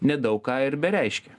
nedaug ką ir be reiškia